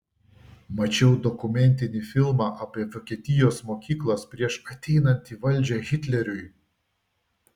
mačiau dokumentinį filmą apie vokietijos mokyklas prieš ateinant į valdžią hitleriui